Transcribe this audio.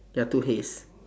there are two hays